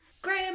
Graham